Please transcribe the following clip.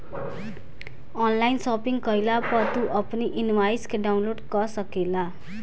online shopping कईला पअ तू अपनी इनवॉइस के डाउनलोड कअ सकेला